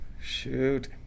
shoot